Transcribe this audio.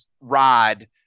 rod